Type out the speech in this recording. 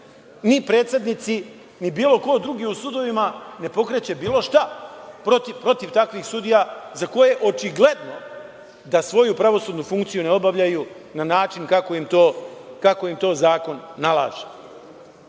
ni predsednici ni bilo ko drugi u sudovima ne pokreće bilo šta protiv takvih sudija za koje očigledno da svoju pravosudnu funkciju ne obavljaju na način kako im to zakon nalaže. Ono